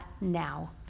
now